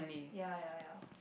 ya ya ya